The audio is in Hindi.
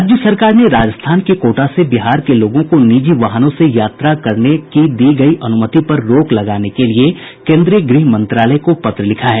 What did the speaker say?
राज्य सरकार ने राजस्थान के कोटा से बिहार के लोगों को निजी वाहनों से यात्रा करने की दी गयी अनुमति पर रोक लगाने के लिए केन्द्रीय गृह मंत्रालय को पत्र लिखा है